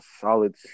solid